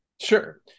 Sure